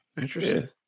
interesting